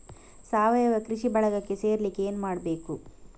ಸಾವಯವ ಕೃಷಿ ಬಳಗಕ್ಕೆ ಸೇರ್ಲಿಕ್ಕೆ ಏನು ಮಾಡ್ಬೇಕು?